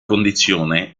condizione